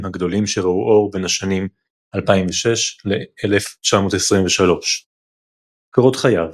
הגדולים שראו אור בין השנים 1923–2006. קורות חייו